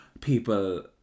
people